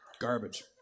Garbage